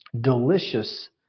delicious